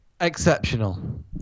Exceptional